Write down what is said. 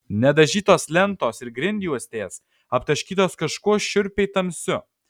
nedažytos lentos ir grindjuostės aptaškytos kažkuo šiurpiai tamsiu